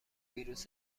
ویروس